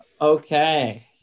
Okay